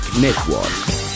network